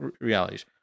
realities